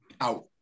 Out